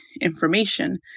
information